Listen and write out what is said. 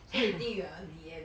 so you think you are lian